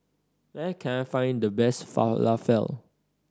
where can I find the best Falafel